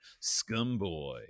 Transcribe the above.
Scumboy